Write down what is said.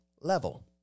level